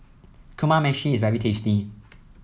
Kamameshi is very tasty